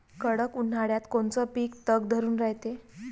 कडक उन्हाळ्यात कोनचं पिकं तग धरून रायते?